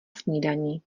snídani